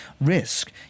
risk